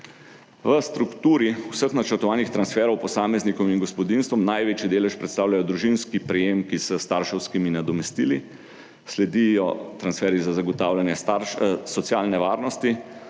V strukturi vseh načrtovanih transferov posameznikom in gospodinjstvom največji delež predstavljajo družinski prejemki s starševskimi nadomestili, sledijo transferji za zagotavljanje socialne varnosti,